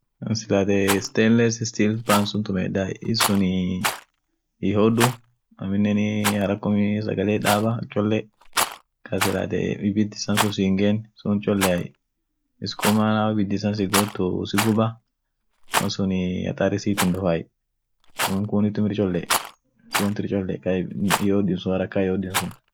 Anenii anina biriit jira, anen kaloonit jira, ka reat jira, ka gaalaat jira, ka hoolaat jira, ka laleesaat jira. ka lawooniit ir adia suut ircholea. ka gaalan dikoo yeloa, ka gadarsaanen diko yeeloa, amo ka looniit ir adiai yote isa, amo ka loonit ir cholea ka looni irtumieten.